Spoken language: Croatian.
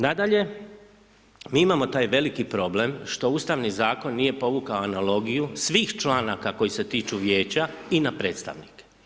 Nadalje, mi imamo taj veliki problem što ustavni zakon nije povukao analogiju svih članaka koji se tiču vijeća i na predstavnike.